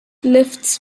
lifts